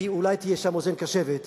כי אולי תהיה שם אוזן קשבת.